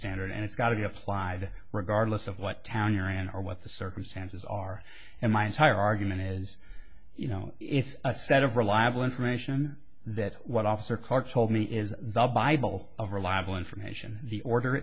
standard and it's got to be applied regardless of what town you're and or what the circumstances are and my entire argument is you know it's a set of reliable information that what officer carter told me is the bible of reliable information the order